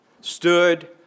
stood